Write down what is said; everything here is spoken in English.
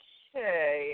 Okay